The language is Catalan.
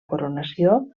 coronació